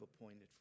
appointed